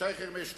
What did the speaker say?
שי חרמש,